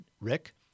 Rick